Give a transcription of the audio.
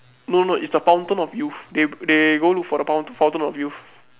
no no is the fountain of youth they they go look for the foun~ fountain of youth